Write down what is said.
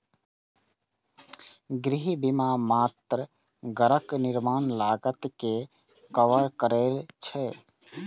गृह बीमा मात्र घरक निर्माण लागत कें कवर करै छै